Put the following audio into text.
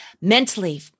mentally